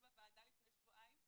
בוועדה לפני שבועיים.